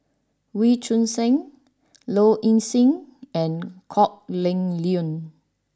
Wee Choon Seng Low Ing Sing and Kok Heng Leun